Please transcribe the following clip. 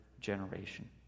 generation